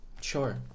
Sure